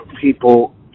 people